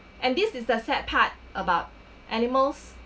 and this is the sad part about animals